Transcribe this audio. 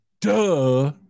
Duh